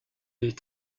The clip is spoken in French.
les